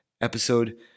episode